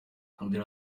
agira